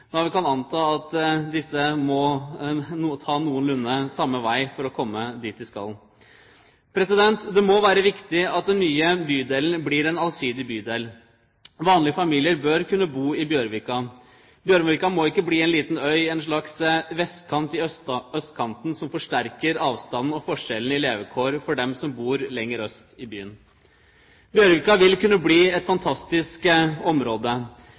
og Ski, da vi kan anta at disse må ta noenlunde samme vei for å komme dit de skal. Det må være viktig at den nye bydelen blir en allsidig bydel. Vanlige familier bør kunne bo i Bjørvika. Bjørvika må ikke bli en liten øy, en slags vestkant på østkanten, som forsterker avstanden og forskjellen i levekår for dem som bor lenger øst i byen. Bjørvika vil kunne bli et fantastisk område,